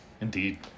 Indeed